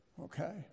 okay